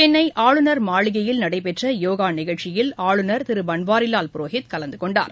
சென்னைஆளுநர் மாளிகையில் நடைபெற்றயோகாநிகழ்ச்சியில் ஆளுநர் திருபன்வாரிலால் புரோஹித் கலந்துகொண்டார்